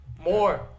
More